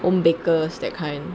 home bakers that kind